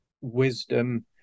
wisdom